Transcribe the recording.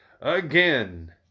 Again